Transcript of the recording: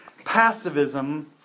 passivism